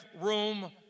room